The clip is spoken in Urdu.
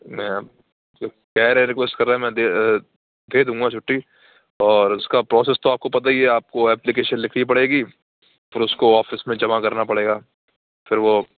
نہیں آپ جب کہہ رہے ہیں تو کوشش کر رہا ہوں میں دے دوں گا چھٹی اور اس کا پروسس تو آپ کو پتا ہی ہے آپ کو ایپلیکیشن لکھنی پڑے گی پھر اس کو آفس میں جمع کرنا پڑے گا پھر وہ